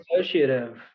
associative